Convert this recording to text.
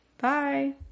Bye